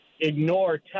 ignore